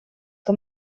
que